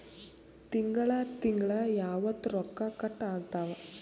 ತಿಂಗಳ ತಿಂಗ್ಳ ಯಾವತ್ತ ರೊಕ್ಕ ಕಟ್ ಆಗ್ತಾವ?